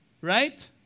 Right